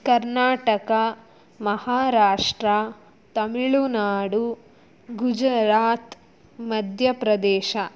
Karnataka Maharashtra Tamil Nadu Gujarat Madhya Pradesh